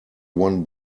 one